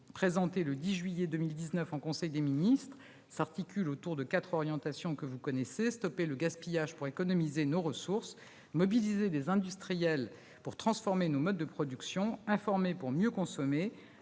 présenté le 10 juillet 2019 en conseil des ministres, s'articule autour de quatre orientations que vous connaissez : stopper le gaspillage pour préserver nos ressources ; mobiliser les industriels pour transformer nos modes de production ; informer pour mieux consommer